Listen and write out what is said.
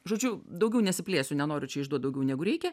žodžiu daugiau nesiplėsiu nenoriu čia išduot daugiau negu reikia